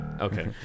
Okay